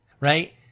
right